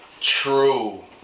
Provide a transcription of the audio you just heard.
true